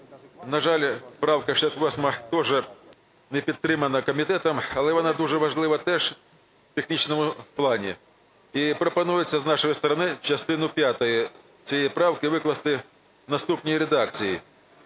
На жаль, правка 68 теж не підтримана комітетом, але вона дуже важлива теж у технічному плані. І пропонується з нашої сторони частину п'ять цієї правки викласти в наступній редакції.